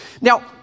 Now